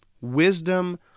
Wisdom